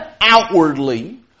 outwardly